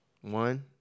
One